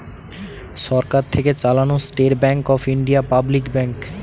সরকার থেকে চালানো State Bank of India public bank